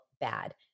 bad